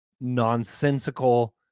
nonsensical